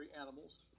animals